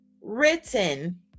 written